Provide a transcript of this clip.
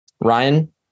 Ryan